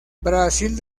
brasil